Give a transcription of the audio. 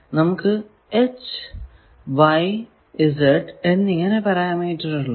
നമുക്ക് H Y Z എന്നിങ്ങനെ പരാമീറ്ററുകൾ ഉണ്ട്